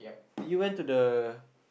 did you went to the